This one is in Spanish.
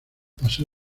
pasó